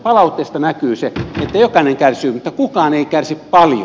palautteesta näkyy se että jokainen kärsii mutta kukaan ei kärsi paljon